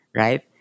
right